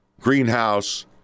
greenhouse